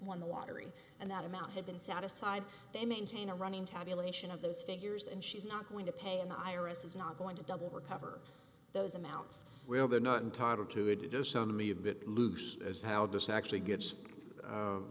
won the lottery and that amount had been satisfied to maintain a running tabulation of those figures and she's not going to pay and iris is not going to double recover those amounts will they're not entitled to dishonor me a bit loose as how this actually gets